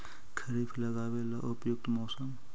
खरिफ लगाबे ला उपयुकत मौसम?